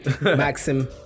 Maxim